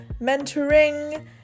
mentoring